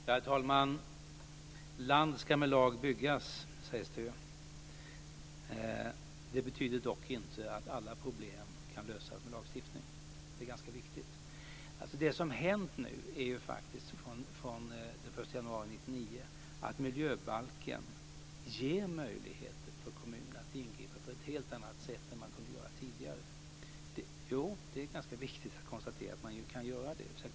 Herr talman! Land ska med lag byggas, sägs det. Det betyder dock inte att alla problem kan lösas med lagstiftning. Det är ganska viktigt. Det som hänt från den 1 januari 1999 är att miljöbalken ger möjligheter för kommuner att ingripa på ett helt annat sätt än de kunde göra tidigare. Det är viktigt att konstatera att de nu kan göra det.